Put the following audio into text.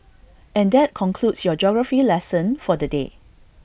and that concludes your geography lesson for the day